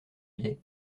biais